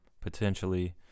potentially